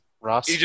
ross